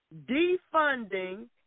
defunding